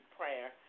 prayer